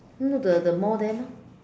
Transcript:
no the the mall there loh